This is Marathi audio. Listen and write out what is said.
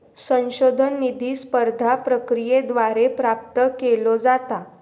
संशोधन निधी स्पर्धा प्रक्रियेद्वारे प्राप्त केलो जाता